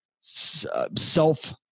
self